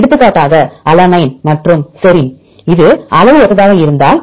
எடுத்துக்காட்டாக அலனைன் மற்றும் செரின் இது அளவு ஒத்ததாக இருந்தால்